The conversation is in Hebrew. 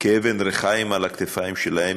כאבן ריחיים על הכתפיים שלהם.